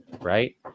right